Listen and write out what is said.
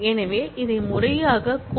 எனவே இதை முறையாக course